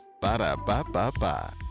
Ba-da-ba-ba-ba